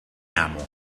amo